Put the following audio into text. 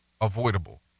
avoidable